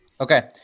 Okay